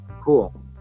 Cool